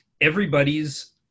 everybody's